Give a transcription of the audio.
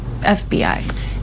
FBI